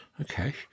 Okay